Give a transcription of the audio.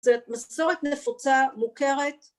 ‫זאת מסורת נפוצה מוכרת.